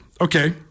Okay